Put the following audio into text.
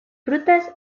frutas